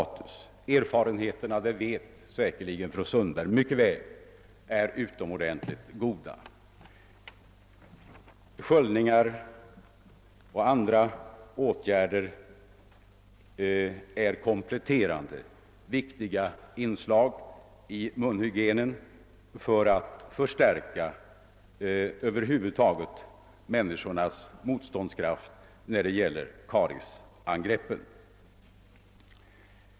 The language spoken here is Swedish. Erfarenheterna är, det vet säkerligen fru Sundberg mycket väl, utomordentligt goda. Sköljningar och andra åtgärder är kompletterande viktiga inslag i munhygienen för att förstärka motståndskraften mot kariesan Srepp.